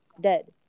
Dead